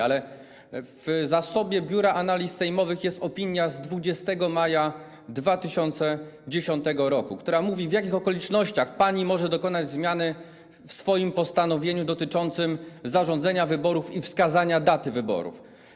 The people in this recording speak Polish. Ale w zasobie Biura Analiz Sejmowych jest opinia z 20 maja 2010 r., która mówi, w jakich okolicznościach pani może dokonać zmiany w swoim postanowieniu dotyczącym zarządzenia wyborów i wskazania daty wyborów.